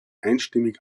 einstimmig